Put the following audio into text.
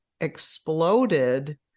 exploded